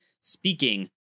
speaking